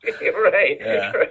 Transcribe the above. right